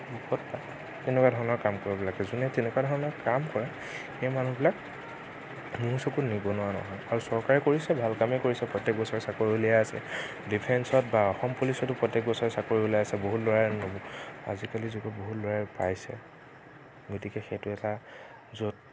ৰূপত পায় তেনেকুৱা ধৰণৰ কাম কৰিব লাগে যোনে তেনেকুৱা ধৰণৰ কাম কৰে সেই মানুহবিলাক মোৰ চকুত নিবনুৱা নহয় আৰু চৰকাৰে কৰিছে ভাল কামেই কৰিছে প্ৰত্যেক বছৰে চাকৰি উলিয়াই আছে ডিফেঞ্চত বা অসম পুলিচতো প্ৰত্যেক বছৰে চাকৰি ওলায় আছে বহুত ল'ৰাই আজিকালিৰ যুগত বহুত ল'ৰাই পাইছে গতিকে সেইটো এটা য'ত